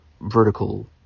vertical